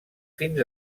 fins